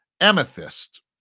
amethyst